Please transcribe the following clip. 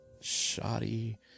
Shoddy